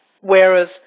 whereas